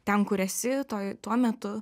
ten kur esi toj tuo metu